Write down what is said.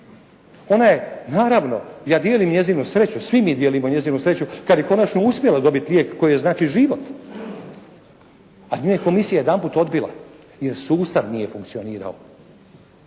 ona je naravno, ja dijelim njezinu sreću, svi mi dijelimo njezinu sreću jer je konačno uspjela dobiti lijek koji joj znači život, ali nju je komisija jedanput odbila jer sustav nije funkcionirao.